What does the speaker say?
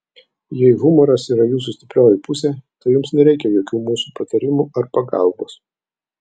jei humoras yra jūsų stiprioji pusė tai jums nereikia jokių mūsų patarimų ar pagalbos